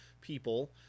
people